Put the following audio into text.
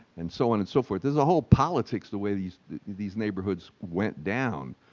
and so on and so forth. there's a whole politics, the way these these neighborhoods went down.